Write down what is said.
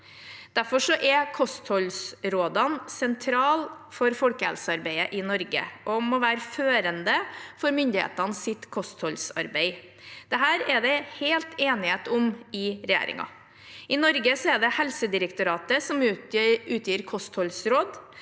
Derfor er kostholdsrådene sentrale for folkehelsearbeidet i Norge og må være førende for myndighetenes kostholdsarbeid. Dette er det enighet om i regjeringen. I Norge er det Helsedirektoratet som utgir kostholdsråd.